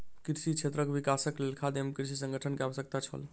कृषि क्षेत्रक विकासक लेल खाद्य एवं कृषि संगठन के आवश्यकता छल